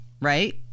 right